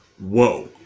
Whoa